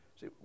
See